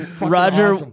Roger